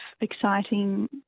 exciting